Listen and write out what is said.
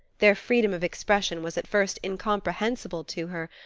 their freedom of expression was at first incomprehensible to her,